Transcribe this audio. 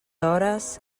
hores